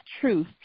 truth